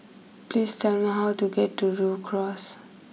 please tell me how to get to Rhu Cross